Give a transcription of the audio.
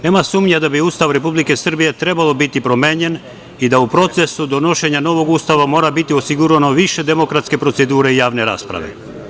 Nema sumnje da bi Ustav Republike Srbije trebalo biti promenjen i da u procesu donošenja novog Ustava mora biti sigurno više demokratske procedure i javne rasprave.